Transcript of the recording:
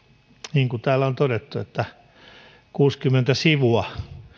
niin kuin täällä on todettu kuusikymmentä sivua